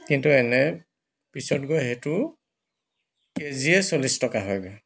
কিন্তু এনে পিছত গৈ সেইটো কে জি য়ে চল্লিছ টকা হয়গৈ